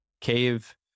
cave